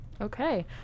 Okay